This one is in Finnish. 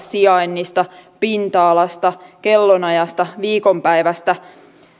sijainnista pinta alasta kellonajasta viikonpäivästä